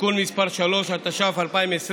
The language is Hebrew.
(תיקון מס' 3), התש"ף 2020,